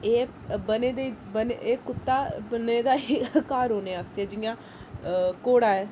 एह् बने दे बने दे एह् कुत्ता बने दा घर रौह्ने आस्तै जियां घोड़ा ऐ